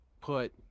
put